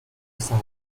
sign